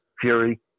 Fury